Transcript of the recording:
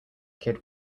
kid